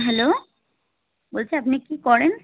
hello বলছি আপনি কী করেন